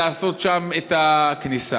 לעשות שם את הכניסה.